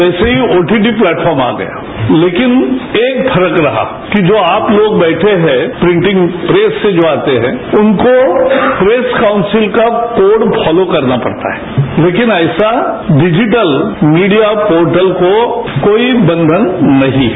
वैसे ही OTT platform आ गया लेकिन एक फर्क रहा कि जो आप लोग बैठे हैं प्रीटिंग प्रेस से जो आते हैं उनको प्रेस काउंसिल का कोड फॉलो करना पड़ता है लेकिन ऐसा डिजिटल मीडिया पोर्टल को कोई बंधन नहीं है